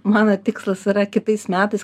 mano tikslas yra kitais metais